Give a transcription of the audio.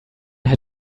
had